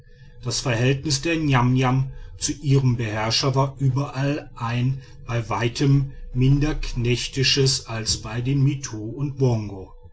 das verhältnis der niamniam zu ihrem beherrscher war überall ein bei weitem minder knechtisches als bei den mittu und bongo